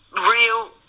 real